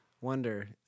Wonder